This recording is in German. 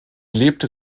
lebte